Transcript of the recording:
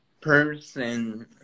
person